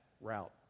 route